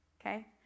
okay